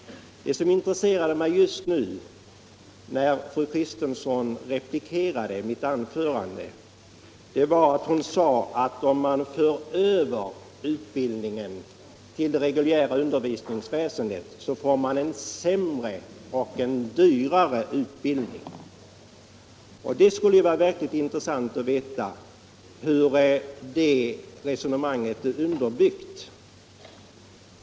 Det som intresserade mig just nu när fru Kristensson replikerade var att hon sade att man får en sämre och dyrare utbildning om man för över polisutbildningen till det reguljära undervisningsväsendet. Det skulle verkligen vara intressant att veta hur det resonemanget är underbyggt.